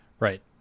Right